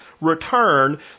return